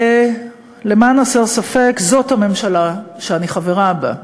למען הסר ספק, זו הממשלה שאני חברה בה.